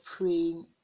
praying